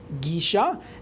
Gisha